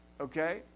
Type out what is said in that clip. okay